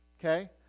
okay